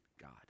God